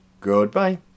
Goodbye